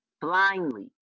blindly